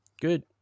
Good